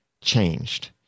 changed